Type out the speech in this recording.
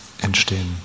entstehen